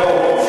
לא.